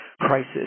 crisis